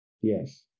yes